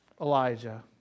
Elijah